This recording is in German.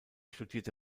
studierte